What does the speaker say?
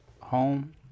home